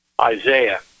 isaiah